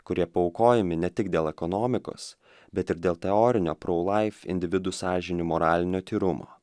kurie paaukojami ne tik dėl ekonomikos bet ir dėl teorinio pro laif individų sąžinių moralinio tyrumo